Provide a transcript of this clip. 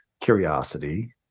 curiosity